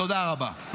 תודה רבה.